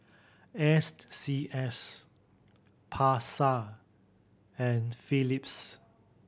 S C S Pasar and Philips